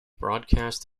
broadcast